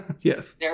Yes